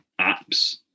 apps